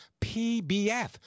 pbf